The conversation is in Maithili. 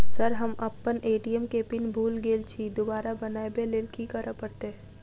सर हम अप्पन ए.टी.एम केँ पिन भूल गेल छी दोबारा बनाबै लेल की करऽ परतै?